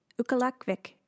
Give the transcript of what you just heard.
Ukalakvik